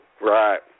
Right